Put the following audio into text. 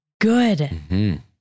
good